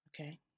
Okay